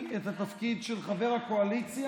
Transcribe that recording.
מסי פרגוסון?